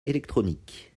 électronique